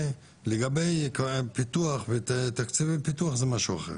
לגבי הפיתוח ותקציב הפיתוח, זה משהו אחר.